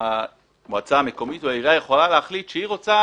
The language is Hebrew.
המועצה המקומית או העירייה יכולה להחליט שהיא רוצה